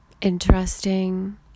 interesting